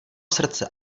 srdce